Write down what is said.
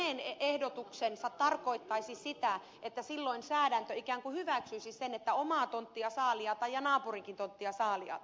räsäselle että hänen ehdotuksensa tarkoittaisi sitä että silloin säädäntö ikään kuin hyväksyisi sen että omaa tonttia saa liata ja naapurinkin tonttia saa liata